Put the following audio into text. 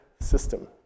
System